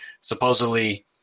supposedly